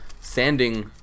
sanding